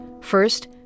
first